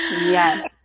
Yes